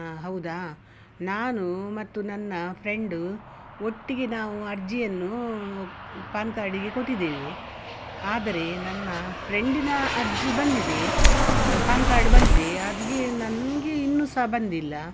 ಹಾಂ ಹೌದಾ ನಾನು ಮತ್ತು ನನ್ನ ಫ್ರೆಂಡು ಒಟ್ಟಿಗೆ ನಾವು ಅರ್ಜಿಯನ್ನು ಪಾನ್ ಕಾರ್ಡಿಗೆ ಕೊಟ್ಟಿದ್ದೇವೆ ಆದರೆ ನನ್ನ ಫ್ರೆಂಡಿನ ಅರ್ಜಿ ಬಂದಿದೆ ಪಾನ್ ಕಾರ್ಡ್ ಬಂದಿದೆ ಅದೇ ನನಗೆ ಇನ್ನೂ ಸಹ ಬಂದಿಲ್ಲ